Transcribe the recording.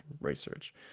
research